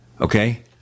okay